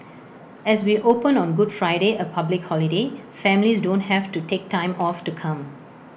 as we open on good Friday A public holiday families don't have to take time off to come